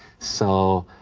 so